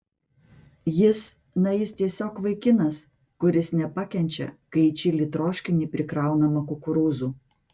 jis na jis tiesiog vaikinas kuris nepakenčia kai į čili troškinį prikraunama kukurūzų